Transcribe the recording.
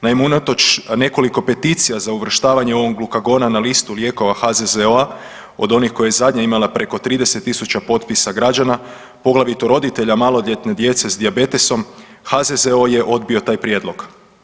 Naime, unatoč nekoliko peticija za uvrštavanje ovog glukagona na listu lijekova HZZO-a od onih koja je zadnje imala preko 30.000 potpisa građana poglavito roditelja maloljetne djece s dijabetesom HZZO je odbio taj prijedlog.